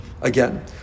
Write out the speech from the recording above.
again